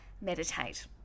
Meditate